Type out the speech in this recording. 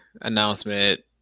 announcement